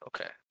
okay